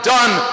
Done